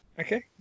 Okay